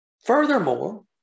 Furthermore